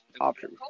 option